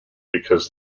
because